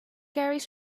gary